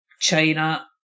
China